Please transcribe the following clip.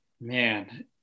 man